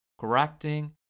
correcting